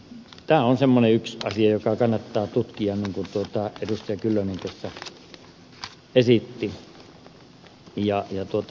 tämä on yksi semmoinen asia joka kannattaa tutkia niin kuin ed